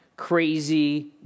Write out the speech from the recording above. crazy